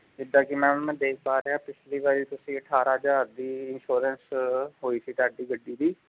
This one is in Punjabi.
ਜਿੱਦਾਂ ਕਿ ਮੈਮ ਮੈਂ ਦੇਖ ਪਾ ਰਿਹਾ ਪਿਛਲੀ ਵਾਰੀ ਤੁਸੀਂ ਅਠਾਰਾਂ ਹਜ਼ਾਰ ਦੀ ਇੰਸ਼ੋਰੈਂਸ ਹੋਈ ਸੀ ਤੁਹਾਡੀ ਗੱਡੀ ਦੀ